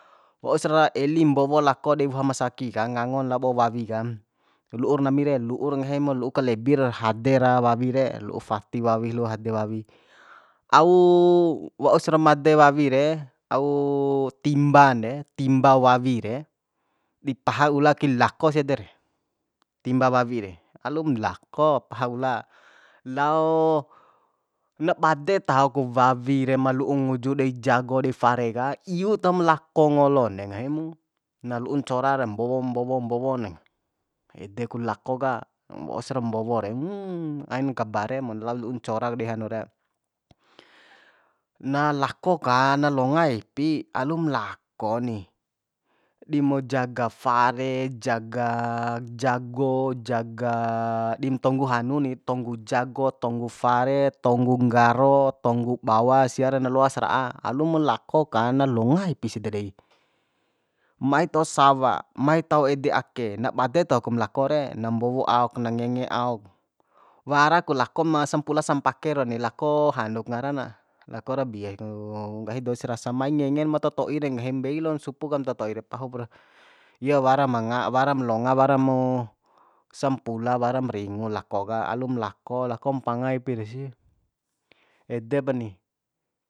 Wausra eli mbowo lako dei woha masaki ka ngangon labo wawi ka lu'ur nami re lu'ur nggahimu lu'u kalebir hade ra wawi re lu'u fati wawi lu'u hade wawi au wausra made wawi re au timban de timba wawi re di paha ula kai lakosi ede re timba wawi re alum lako paha ula lao na bade taho ku wawi re ma lu'u nguju dei jago dei fare ka iu tahom lako ngolon de nggahi mu na lu'u ncora ra mbowo mbowo mbowon ede ku lako ka wausra mbowo re ain kabare lao lu'u ncorak dei hanu re na lako ka na loanga ipi alum lako ni dimu jaga fare jaga jago jaga dim tanggu hanu ni dim tanggu jago tanggu fare tonggu nggaro tanggu bawa sia re na loa sara'a alumu lako ka na longa ipi ede dei mai to sawa mai taho ede ake na bade taho kum lako re na mbowo aok na ngenge aok wara ku lakoma sampula sampake rau ni lako hanuk ngara na lako rabies ku nggahi dou se rasa mai ngengen ma toto'i de nggahim mbei lon supu ka mtoto'i re pahup ra iye wara ma waram longa waramu sampula waram ringu lako ka alum lako lako mpanga ipi resi edepa ni